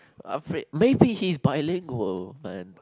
uh freak maybe he's bilingual man